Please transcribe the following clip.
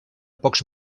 pocs